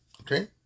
Okay